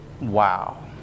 Wow